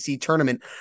tournament